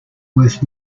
worth